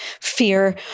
fear